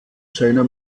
seiner